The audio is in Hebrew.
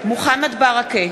מוחמד ברכה,